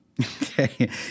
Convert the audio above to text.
Okay